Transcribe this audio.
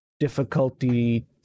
Difficulty